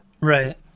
right